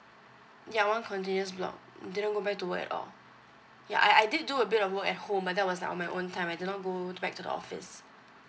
ya one continuous block didn't go back to work at all ya I I did do a bit of work at home but that was like on my own time I do not go back to the office